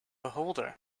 beholder